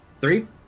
Three